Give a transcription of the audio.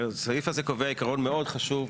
הסעיף הזה קובע עיקרון מאוד חשוב,